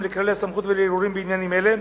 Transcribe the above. לכללי הסמכות ולערעורים בעניינים אלה,